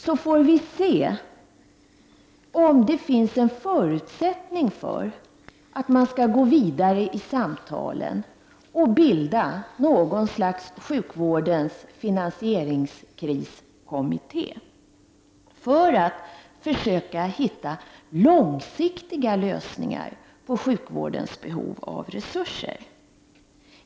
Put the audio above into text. Då får vi se om det finns förutsättningar för oss att gå vidare i samtalen och bilda något slags sjukvårdens finansieringskriskommitté för att hitta långsiktiga lösningar på sjukvårdens problem och behovet av resurser.